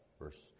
Verse